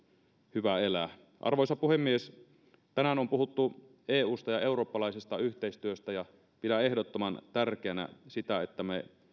hyvä elää arvoisa puhemies tänään on puhuttu eusta ja eurooppalaisesta yhteistyöstä ja pidän ehdottoman tärkeänä sitä että me